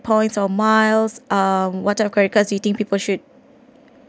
points or miles uh whatever credit cards you think people should